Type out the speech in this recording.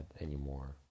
anymore